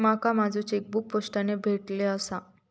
माका माझो चेकबुक पोस्टाने भेटले आसा